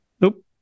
Nope